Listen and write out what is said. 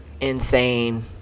insane